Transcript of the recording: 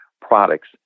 products